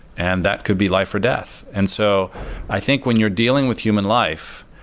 and that could be life or death. and so i think when you're dealing with human life,